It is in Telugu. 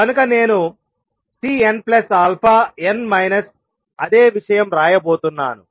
కనుక నేను Cnαn మైనస్ అదే విషయం రాయబోతున్నాను